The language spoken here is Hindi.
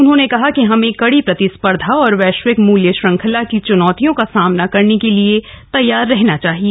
उन्होंने कहा कि हमें कड़ी प्रतिस्पर्धा और वैश्विक मुल्य श्रृंखला की चुनौतियों का सामना करने के लिए तैयार रहना होगा